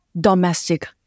domestic